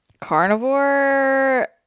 carnivore